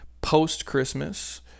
post-Christmas